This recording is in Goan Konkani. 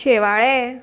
शेवाळें